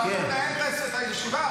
אתה אמור לנהל את הישיבה,